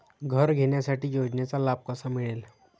घर घेण्यासाठी योजनेचा लाभ कसा मिळेल?